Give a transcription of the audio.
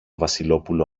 βασιλόπουλο